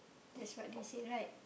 that's what they say right